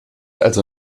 also